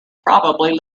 probably